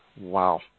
Wow